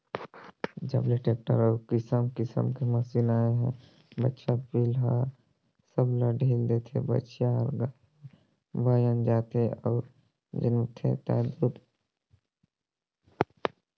जब ले टेक्टर अउ किसम किसम के मसीन आए हे बछवा पिला ल सब ह ढ़ील देथे, बछिया हर गाय बयन जाथे अउ जनमथे ता दूद देथे